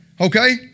Okay